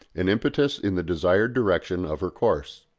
an impetus in the desired direction of her course.